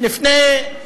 לפני חודש.